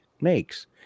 makes